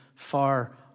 far